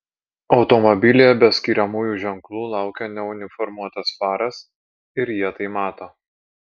automobilyje be skiriamųjų ženklų laukia neuniformuotas faras ir jie tai mato